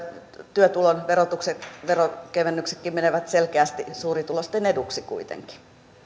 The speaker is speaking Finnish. työtulon veronkevennyksetkin menevät selkeästi suurituloisten eduksi kuitenkin